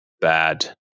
bad